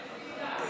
באיזו עילה?